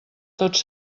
tots